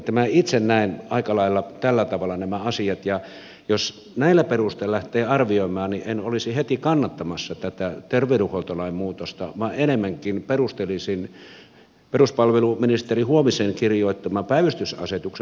minä itse näen aika lailla tällä tavalla nämä asiat ja jos näillä perusteilla lähtee arvioimaan niin en olisi heti kannattamassa tätä terveydenhuoltolain muutosta vaan enemmänkin perustelisin peruspalveluministeri huovisen kirjoittaman päivystysasetuksen puolesta